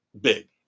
big